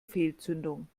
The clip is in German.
fehlzündung